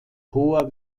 hoher